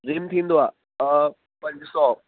रिम थींदो आहे पंज सौ